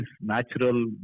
natural